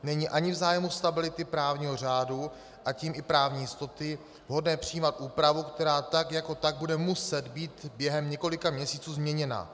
Není ani v zájmu stability právního řádu, a tím i právní jistoty vhodné přijímat úpravu, která tak jako tak bude muset být během několika měsíců změněna.